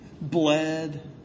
bled